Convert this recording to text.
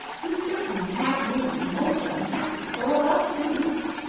you certainly have made me most unhappy for about three weeks.